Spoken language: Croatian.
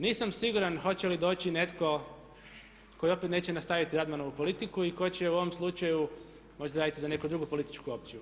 Nisam siguran hoće li doći netko tko opet neće nastaviti Radmanovu politiku i tko će u ovom slučaju možda raditi za neku drugu političku opciju.